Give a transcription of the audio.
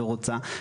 ורוצה.